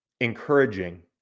encouraging